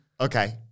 Okay